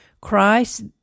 Christ